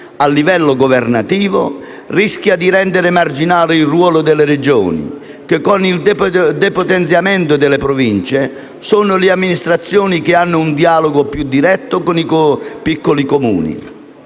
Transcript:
a livello governativo rischia di rendere marginale il ruolo delle Regioni che, con il depotenziamento delle Province, sono le amministrazioni che hanno un dialogo più diretto con i piccoli Comuni.